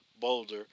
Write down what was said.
Boulder